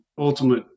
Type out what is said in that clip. ultimate